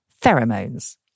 pheromones